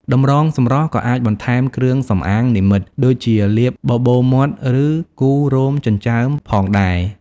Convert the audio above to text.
តម្រងសម្រស់ក៏អាចបន្ថែមគ្រឿងសម្អាងនិម្មិតដូចជាលាបបបូរមាត់ឬគូសរោមចិញ្ចើមផងដែរ។